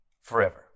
Forever